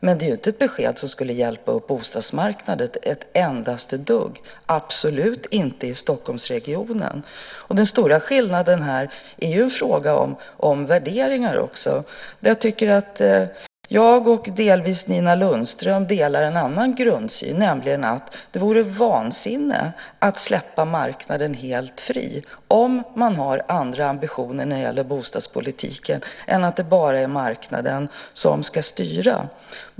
Men det är inte ett besked som skulle hjälpa bostadsmarknaden ett endaste dugg, absolut inte i Stockholmsregionen. Den stora skillnaden är en fråga om värderingar. Jag och delvis Nina Lundström har en annan grundsyn. Det vore vansinne att släppa marknaden helt fri om man har andra ambitioner när det gäller bostadspolitik än att det bara är marknaden som ska styra.